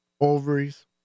Ovaries